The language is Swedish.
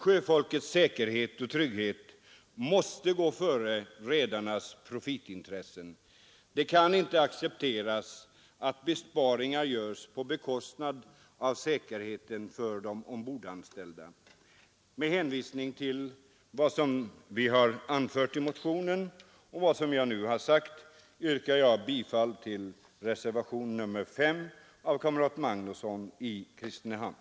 Sjöfolkets säkerhet och trygghet måste gå före redarnas profitintressen. Det kan inte accepteras att besparingar görs på bekostnad av säkerheten för de ombordanställda. Med hänvisning till vad som anförts i motionen och vad jag nu sagt yrkar jag bifall till reservationen 5 av kamrat Magnusson i Kristinehamn.